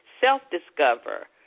self-discover